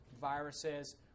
viruses